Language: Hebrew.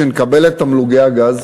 כשנקבל את תמלוגי הגז,